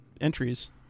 entries